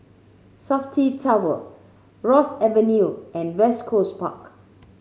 Safti Tower Ross Avenue and West Coast Park